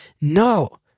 No